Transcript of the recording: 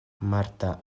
marta